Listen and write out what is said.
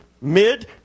mid